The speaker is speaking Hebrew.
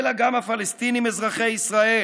אלא גם הפלסטינים אזרחי ישראל.